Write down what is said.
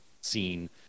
scene